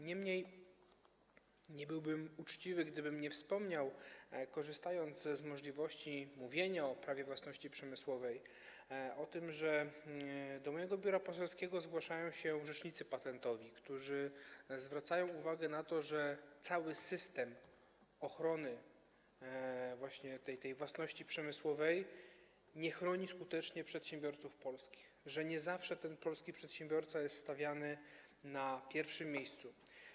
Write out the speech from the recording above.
Niemniej nie byłbym uczciwy, gdybym korzystając z możliwości mówienia o Prawie własności przemysłowej, nie wspomniał o tym, że do mojego biura poselskiego zgłaszają się rzecznicy patentowi, którzy zwracają uwagę na to, że cały system ochrony własności przemysłowej nie chroni skutecznie przedsiębiorców polskich, że nie zawsze polski przedsiębiorca jest stawiany na pierwszym miejscu.